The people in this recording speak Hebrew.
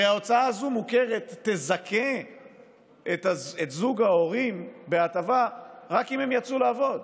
הרי ההוצאה המוכרת הזאת תזכה את זוג ההורים בהטבה רק אם הם יצאו לעבוד,